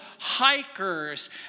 hikers